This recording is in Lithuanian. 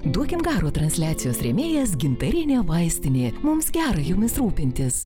duokim garo transliacijos rėmėjas gintarinė vaistinė mums gera jumis rūpintis